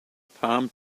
palm